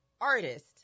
artist